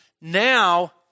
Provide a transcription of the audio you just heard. now